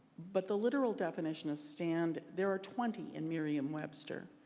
but the literal definition of stand, there are twenty in mereum webster.